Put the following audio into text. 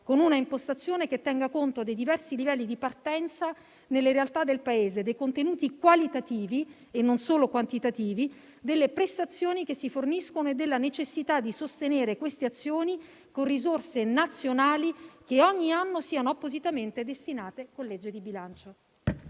con un'impostazione che tenga conto dei diversi livelli di partenza nelle realtà del Paese e dei contenuti qualitativi, e non solo quantitativi, delle prestazioni che si forniscono e della necessità di sostenere queste azioni con risorse nazionali che ogni anno siano appositamente destinate con legge di bilancio.